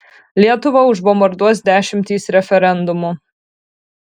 lietuvą užbombarduos dešimtys referendumų